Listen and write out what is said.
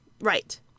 Right